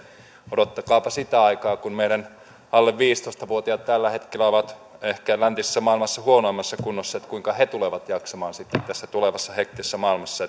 odottakaapa sitä kuinka meidän alle viisitoista vuotiaat jotka tällä hetkellä ehkä ovat läntisessä maailmassa huonoimmassa kunnossa tulevat sitten jaksamaan tulevassa hektisessä maailmassa